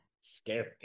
Scary